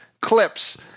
clips